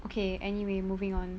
okay anyway moving on